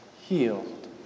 healed